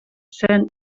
zen